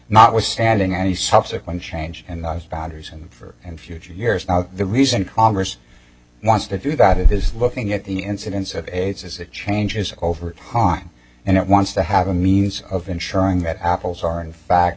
notwithstanding any subsequent change in the founders and for and future years now the reason congress wants to do that it is looking at the incidence of aids as it changes over time and it wants to have a means of ensuring that apples are in fact